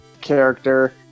character